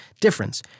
difference